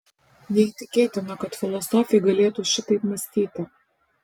neįtikėtina kad filosofė galėtų šitaip mąstyti